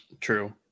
True